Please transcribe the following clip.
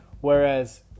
whereas